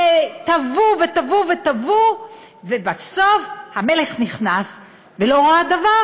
טוו וטוו וטוו ובסוף המלך נכנס ולא ראה דבר.